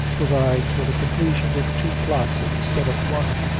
provide for the completion of two plots instead of one.